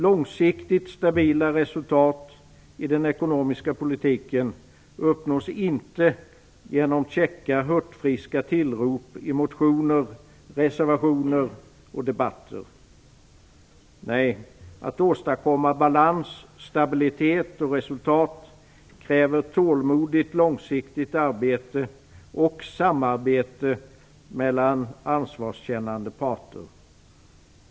Långsiktigt stabila resultat i den ekonomiska politiken uppnås inte genom käcka, hurtfriska tillrop i motioner, reservationer och debatter. Nej, att åstadkomma balans, stabilitet och resultat kräver tålmodigt, långsiktigt arbete och samarbete mellan ansvarskännande parter.